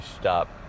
stop